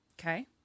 Okay